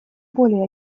более